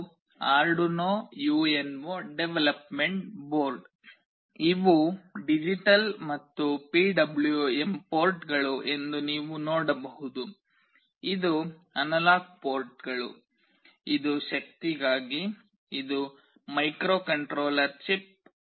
ಇದು Arduino UNO development board ಇವು digital ಮತ್ತು ಪಿಡಬ್ಲ್ಯೂಎಂ ಪೋರ್ಟ್ಗಳು ಎಂದು ನೀವು ನೋಡಬಹುದು ಇದು ಅನಲಾಗ್ ಪೋರ್ಟ್ಗಳು ಇದು ಶಕ್ತಿಗಾಗಿ ಇದು ಮೈಕ್ರೊಕಂಟ್ರೋಲರ್ ಚಿಪ್